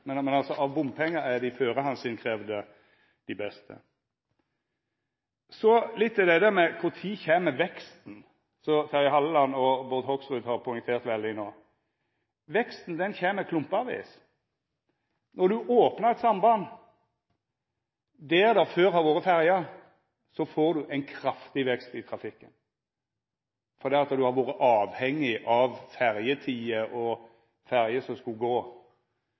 men av bompengar er dei førehandsinnkravde dei beste. Så litt til dette med når veksten kjem – som både Terje Halleland og Bård Hoksrud har poengtert veldig no. Veksten kjem klumpevis. Når ein opnar eit samband der det før har vore ferje, får ein ein kraftig vekst i trafikken, fordi ein har vore avhengig av ferjetider og ferjer som skulle gå.